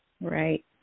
Right